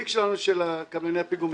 יש לכם הצעה לשבת,